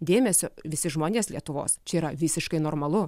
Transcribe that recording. dėmesio visi žmonės lietuvos čia yra visiškai normalu